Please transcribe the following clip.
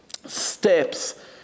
steps